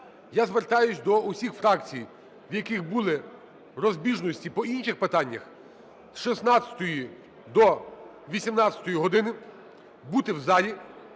Я звертаюсь до всіх фракцій, в яких були розбіжності по інших питаннях, з 16-ї до 18-ї години бути в залі,